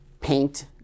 paint